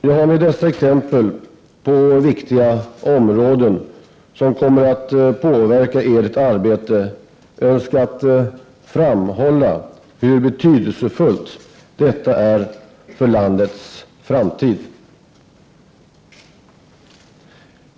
Jag har med dessa exempel på viktiga områden, som kommer att påverka Edert arbete, önskat framhålla hur betydelsefullt detta är för landets framtid.